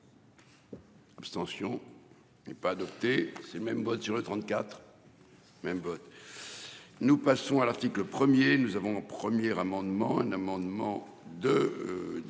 L'abstention n'est pas adopté ces même sur le 34. Même vote. Nous passons à l'article 1er nous avons premier amendement un amendement de.